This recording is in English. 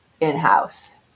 in-house